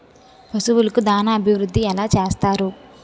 పశువులకు దాన అభివృద్ధి ఎలా చేస్తారు?